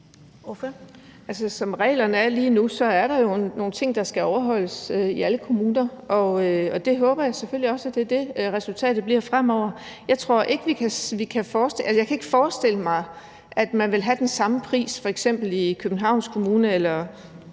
Som reglerne er lige nu, er der jo nogle ting, der skal overholdes i alle kommuner, og det håber jeg selvfølgelig også bliver resultatet fremover. Jeg kan ikke forestille mig, at man vil have den samme pris i f.eks. Københavns Kommune eller